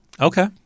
Okay